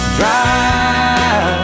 drive